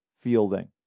fielding